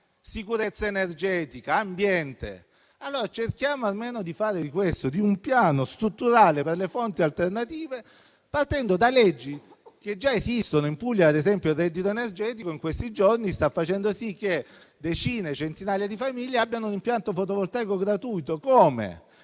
sicurezza energetica, ambiente. Cerchiamo almeno di fare un piano strutturale per le fonti alternative partendo da leggi che già esistono. In Puglia, ad esempio, il reddito energetico in questi giorni sta consentendo a decine, centinaia di famiglie di avere un impianto fotovoltaico gratuito. Come?